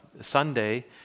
Sunday